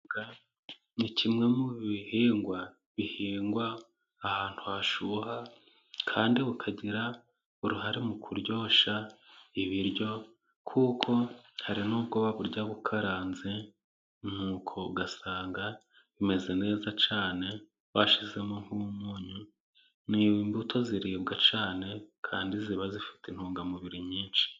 Ubunyobwa ni kimwe mu bihingwa bihingwa ahantu hashyuha kandi bukagira uruhare mu kuryoshya ibiryo, kuko hari n'ubwo baburya bukaranze n'uko ugasanga bimeze neza cyane bashyizemo nk'umunyu, ni imbuto ziribwa cyane kandi ziba zifite intungamubiri nyinshi.